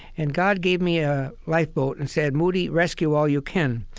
and god gave me a lifeboat and said, moody, rescue all you can.